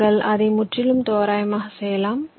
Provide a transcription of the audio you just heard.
நீங்கள் அதை முற்றிலும் தோராயமாக செய்யலாம்